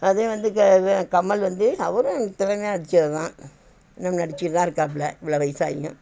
அதே வந்து கமல் வந்து அவரும் திறமையாக நடித்தவரு தான் இன்னுமும் நடிச்சுட்டு தான் இருக்காப்பில இவ்வளோ வயசாகியும்